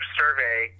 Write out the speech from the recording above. survey